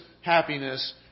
happiness